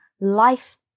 life